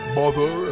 mother